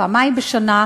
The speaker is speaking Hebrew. פעמיים בשנה,